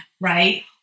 right